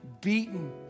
beaten